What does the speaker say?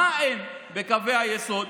מה אין בקווי היסוד?